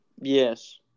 Yes